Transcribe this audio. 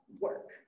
work